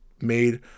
made